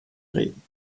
reden